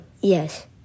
Yes